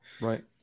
right